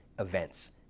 events